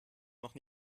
noch